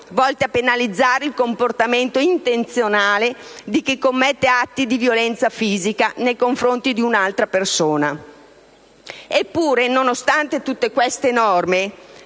volte a penalizzare il comportamento intenzionale di chi commette atti di violenza fisica nei confronti di un'altra persona. Eppure, nonostante tutte queste norme,